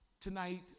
tonight